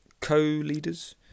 co-leaders